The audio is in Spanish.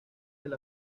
del